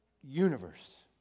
universe